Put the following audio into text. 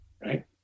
right